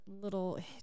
little